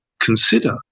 Consider